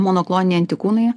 monokloniniai antikūnai